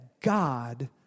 God